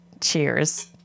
Cheers